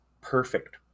perfect